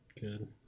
good